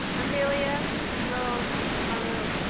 emilia rose maluf